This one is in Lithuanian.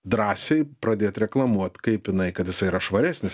drąsiai pradėt reklamuot kaip jinai kad jisai yra švaresnis